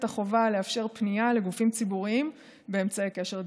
החובה לאפשר פנייה לגופים ציבוריים באמצעי קשר דיגיטליים.